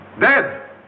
Dead